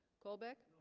colbeck